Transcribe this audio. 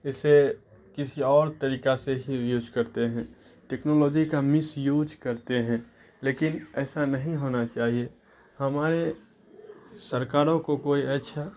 اسے کسی اور طریقہ سے ہی یوز کرتے ہیں ٹیکنالوجی کا مسیوج کرتے ہیں لیکن ایسا نہیں ہونا چاہیے ہمارے سرکاروں کو کوئی اچھا